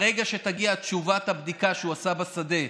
ברגע שתגיע תשובת הבדיקה שהוא עשה בשדה,